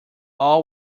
all